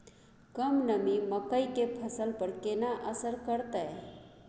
कम नमी मकई के फसल पर केना असर करतय?